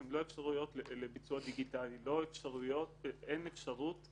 בלא שירשום בכל אחד ממסמכי